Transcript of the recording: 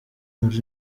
muri